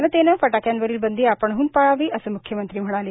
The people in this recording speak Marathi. जनतेने फटाक्यांवरील बंदी आपणहन पाळावी असे म्ख्यमंत्री म्हणाले